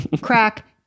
Crack